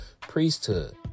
priesthood